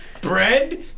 bread